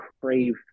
crave